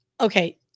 okay